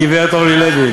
גברת אורלי לוי,